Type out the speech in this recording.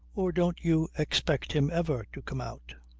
or don't you expect him ever to come out?